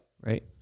Right